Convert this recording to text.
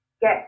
get